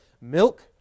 milk